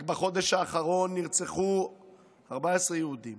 רק בחודש האחרון נרצחו 14 יהודים